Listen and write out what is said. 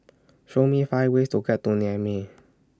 Show Me five ways to get to Niamey